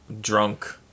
drunk